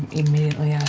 immediately